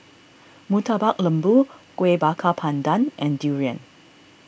Murtabak Lembu Kueh Bakar Pandan and Durian